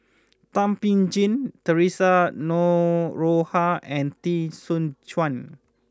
Thum Ping Tjin Theresa Noronha and Teo Soon Chuan